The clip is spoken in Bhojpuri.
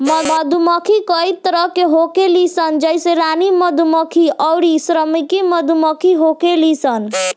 मधुमक्खी कई तरह के होखेली सन जइसे रानी मधुमक्खी अउरी श्रमिक मधुमक्खी होखेली सन